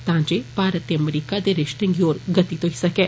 तां जे भारत ते अमरीका दे रिप्ते गी होर गति थ्होई सकै